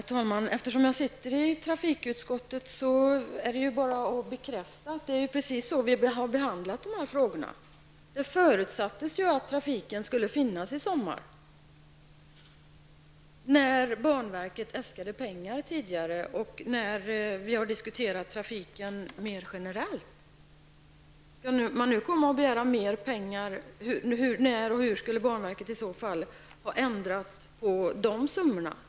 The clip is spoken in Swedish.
Herr talman! Eftersom jag sitter i trafikutskottet kan jag bara bekräfta att det är precis så vi har behandlat dessa frågor. Det förutsattes att trafiken skulle finnas i sommar när banverket äskade pengar tidigare och när vi diskuterade trafiken mera generellt. Skall man nu komma och begära mera pengar? När och hur skulle banverket i så fall ha ändrat på dessa summor?